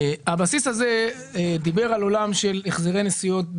הבסיס הזה דיבר על עולם של החזרי נסיעות,